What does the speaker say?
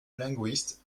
linguiste